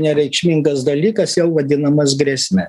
nereikšmingas dalykas jau vadinamas grėsme